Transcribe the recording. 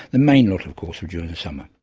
the main lot of course were during the summer.